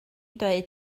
dweud